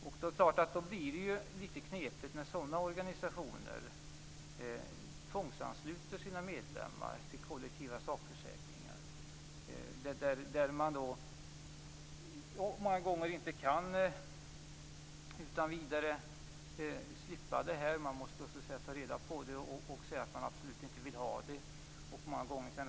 Det är klart att det blir litet knepigt när sådana organisationer tvångsansluter sina medlemmar till kollektiva sakförsäkringar. Man kan många gånger inte utan vidare slippa ifrån en sådan anslutning. Man måste sätta sig in i det hela och säga att man absolut inte vill bli ansluten.